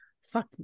fuck